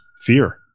fear